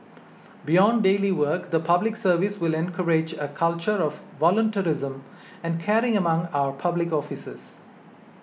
beyond daily work the Public Service will encourage a culture of volunteerism and caring among our public officers